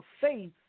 faith